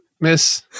miss